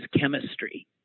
chemistry